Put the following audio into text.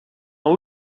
haut